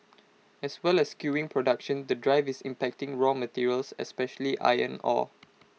as well as skewing production the drive is impacting raw materials especially iron ore